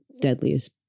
deadliest